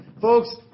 Folks